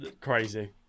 crazy